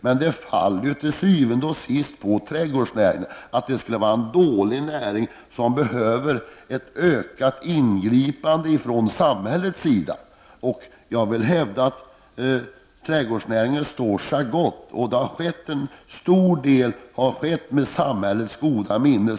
Men den faller till syvende och sist på trädgårdsnäringen, att det skulle vara en dålig näring som behöver ett ökat ingripande från samhällets sida. Jag vill hävda att trädgårdsnäringen står sig gott. En stor del har skett med samhällets goda minne.